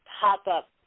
pop-up